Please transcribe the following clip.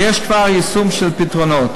ויש כבר יישום של פתרונות.